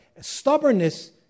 Stubbornness